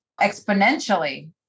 exponentially